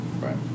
Right